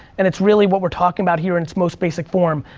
and it's really what we're talking about here in it's most basic form.